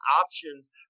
options